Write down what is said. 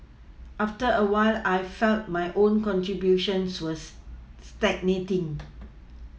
after a while I felt my own contributions was stagnating